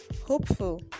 hopeful